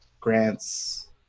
Grant's